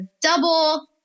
double